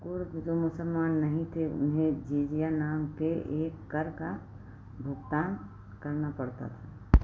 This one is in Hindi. कुर्द जो मुसलमान नहीं थे उन्हें जज़िया नाम के एक कर का भुगतान करना पड़ता था